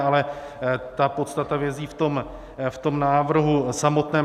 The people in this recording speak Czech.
Ale ta podstata vězí v tom návrhu samotném.